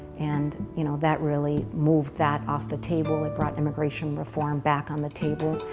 and you know, that really moved that off the table. it brought immigration reform back on the table.